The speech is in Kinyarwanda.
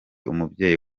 umubyeyi